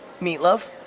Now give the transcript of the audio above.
Meatloaf